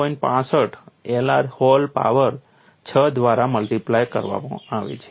65 Lr hall power 6 દ્વારા multiply કરવામાં આવે છે